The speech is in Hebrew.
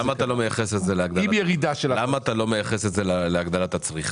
למה אתה לא מייחס את זה להגדלת הצריכה?